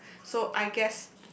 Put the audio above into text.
so I guess